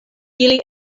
ili